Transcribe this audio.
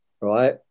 right